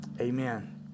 Amen